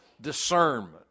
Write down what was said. discernment